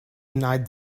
denied